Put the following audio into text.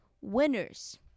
winners